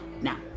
Now